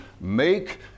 make